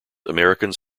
americans